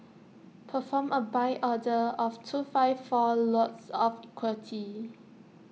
perform A buy order of two five four lots of equity